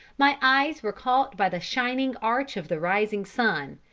my eyes were caught by the shining arch of the rising sun,